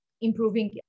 improving